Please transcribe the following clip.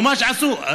ממש עשו,